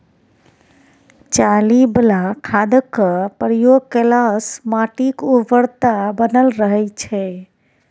चाली बला खादक प्रयोग केलासँ माटिक उर्वरता बनल रहय छै